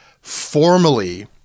formally